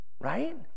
right